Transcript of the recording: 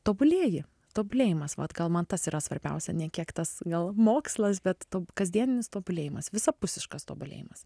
tobulėji tobulėjimas vat gal man tas yra svarbiausia ne kiek tas gal mokslas bet ta kasdieninis tobulėjimas visapusiškas tobulėjimas